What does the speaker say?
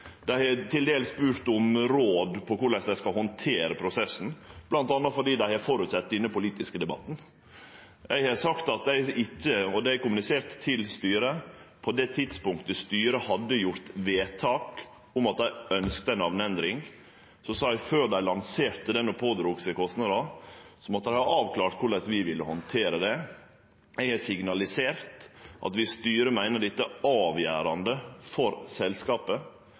Dei har til dels spurt om råd for korleis dei skal handtere prosessen, bl.a. fordi dei har venta denne politiske debatten. Eg sa – og det kommuniserte eg til styret på det tidspunktet styret hadde gjort vedtak om at dei ønskte ei namneendring – at før dei lanserte det og pådrog seg kostnader, så måtte dei ha avklart korleis vi ville handtere det. Eg har signalisert at om styret meiner dette er avgjerande for selskapet,